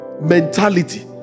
mentality